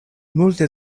multe